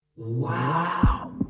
Wow